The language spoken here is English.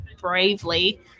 bravely –